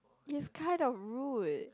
it's kind of rude